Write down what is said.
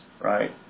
right